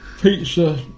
pizza